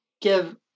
give